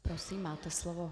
Prosím, máte slovo.